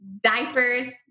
diapers